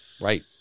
Right